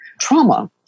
trauma